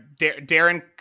Darren